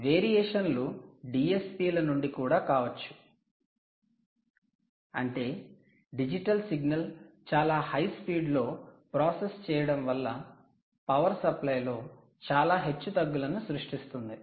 variation లు DSP ల నుండి కూడా కావచ్చు అంటే డిజిటల్ సిగ్నల్ చాలా హై స్పీడ్లో ప్రాసెస్ చెయ్యడం వల్ల పవర్ సప్లై లో చాలా హెచ్చుతగ్గులను సృష్టిస్తుంది